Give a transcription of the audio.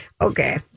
okay